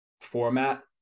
format